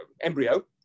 embryo